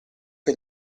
che